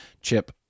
Chip